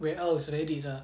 where else already lah